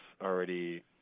already